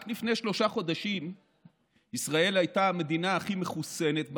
רק לפני שלושה חודשים ישראל הייתה המדינה הכי מחוסנת במערב,